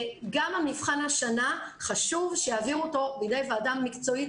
המבחן השנה חשוב שיעבירו אותו לידי ועדה מקצועית